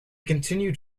continued